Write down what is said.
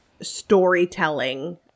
storytelling